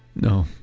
no,